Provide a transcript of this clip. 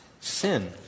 Sin